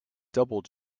double